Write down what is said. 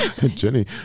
Jenny